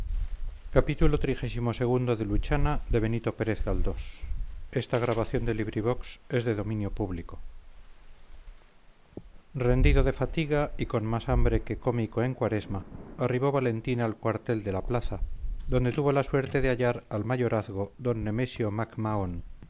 rendido de fatiga y con más hambre que cómico en cuaresma arribó valentín al cuartel de la plaza donde tuvo la suerte de hallar al mayorazgo d nemesio